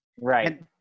Right